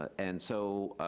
and so,